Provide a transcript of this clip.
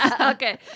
Okay